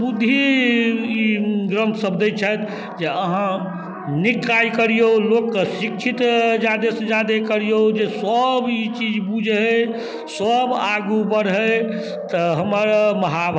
तऽ घरेलू काम ओतबीपर अपना तैयारी रहलहुँ ओतबे अपना केलहुँ सब बाल बच्चाके लए कऽ ओरिया पोरियाके चललहुँ एखन एते गरमी छै एते ठण्डी छै जे कतबो गरमवला सामान खाइ छियै तऽ देह गरमेबे नहि करै छै